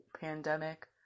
pandemic